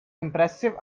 impressive